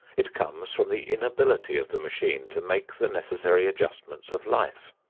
it comes from the inability of the machine to make the necessary adjustments of life.